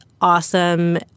awesome